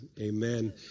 Amen